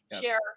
Share